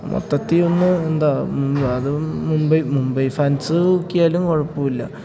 മൊത്തത്തിൽ ഒന്ന് എന്താ അത് മുംബൈ മുംബൈ ഫാൻസ് ഊക്കിയാലും കുഴപ്പമില്ല